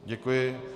Děkuji.